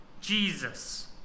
Jesus